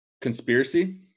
conspiracy